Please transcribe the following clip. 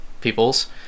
peoples